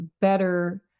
better